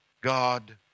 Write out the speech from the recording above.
God